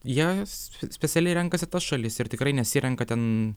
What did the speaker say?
jas specialiai renkasi tas šalis ir tikrai nesirenka ten